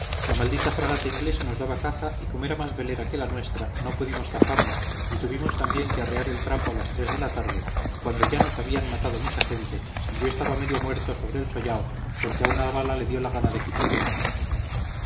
la maldita fragata inglesa nos daba caza y como era más velera que la nuestra no pudimos zafarnos y tuvimos también que arriar el trapo a las tres de la tarde cuando ya nos habían matado mucha gente y yo estaba medio muerto sobre el sollao porque a una bala le dio la gana de quitarme la pierna